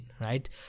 right